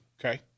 Okay